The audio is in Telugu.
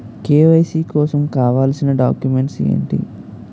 కే.వై.సీ కోసం కావాల్సిన డాక్యుమెంట్స్ ఎంటి?